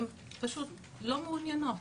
והן פשוט לא מעוניינות.